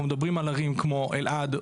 אנחנו מדברים על ערים כמו אלעד,